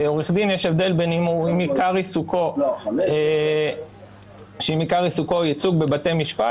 עורך דין יש הבדל אם זה עיקר עיסוקו הוא ייצוג בבתי משפט